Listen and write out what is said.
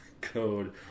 code